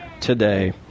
today